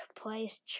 place